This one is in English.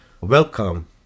welcome